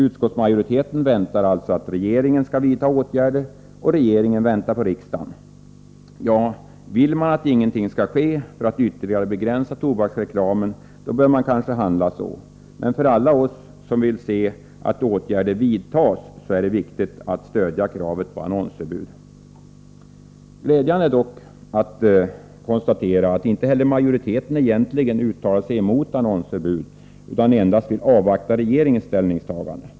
Utskottsmajoriteten väntar alltså att regeringen skall vidta åtgärder, och regeringen väntar på riksdagen. Ja, vill man att ingenting skall ske för att ytterligare begränsa tobaksreklamen bör man kanske handla så, men för alla oss som vill att åtgärder skall vidtas är det viktigt att stödja kravet på annonsförbud. Glädjande är dock att inte heller majoriteten egentligen uttalar sig emot annonsförbud utan endast vill avvakta regeringens ställningstagande.